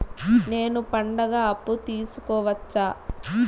నేను పండుగ అప్పు తీసుకోవచ్చా?